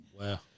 Wow